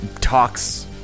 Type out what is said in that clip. talks